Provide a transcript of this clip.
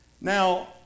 Now